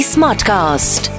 Smartcast